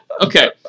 Okay